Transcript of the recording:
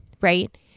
right